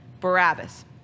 Barabbas